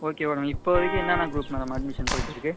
okay madam இப்போதைக்கு என்னென்ன groups madam admission போயிட்டிருக்குது